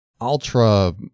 ultra